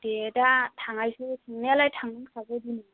दे दा थांनायसै थांनायालाय थांनांखागोन दिनैनो